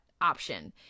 option